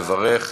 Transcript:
לברך.